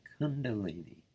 kundalini